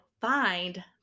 find